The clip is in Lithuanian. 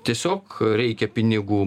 tiesiog reikia pinigų